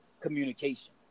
communication